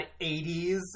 80s